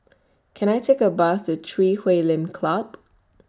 Can I Take A Bus to Chui Huay Lim Club